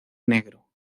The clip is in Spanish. negro